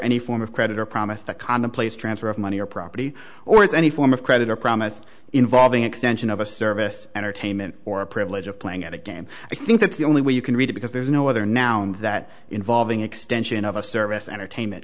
any form of credit or promise the commonplace transfer of money or property or it's any form of credit or promise involving extension of a service entertainment or a privilege of playing at a game i think that's the only way you can read it because there's no other now that involving extension of a service entertainment